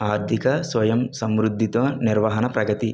ఆర్ధిక స్వయం సమృద్ధితో నిర్వాహణ ప్రగతి